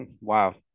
wow